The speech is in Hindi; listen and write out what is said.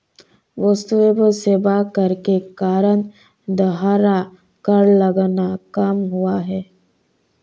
वस्तु एवं सेवा कर के कारण दोहरा कर लगना कम हुआ है